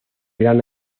gran